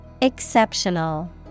Exceptional